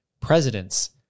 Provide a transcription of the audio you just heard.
presidents